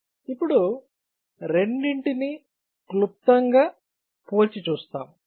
ఇప్పుడు రెండింటిని క్లుప్తంగా పోల్చి చూస్తాము